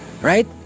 right